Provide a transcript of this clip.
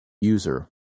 user